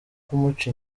kumuca